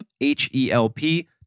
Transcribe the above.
H-E-L-P